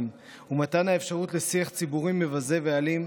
ומתן אפשרות לשיח ציבורי מבזה ואלים,